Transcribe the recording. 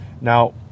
Now